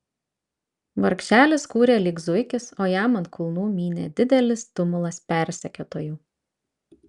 vargšelis kūrė lyg zuikis o jam ant kulnų mynė didelis tumulas persekiotojų